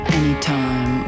anytime